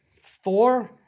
four